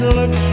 look